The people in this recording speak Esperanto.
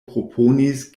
proponis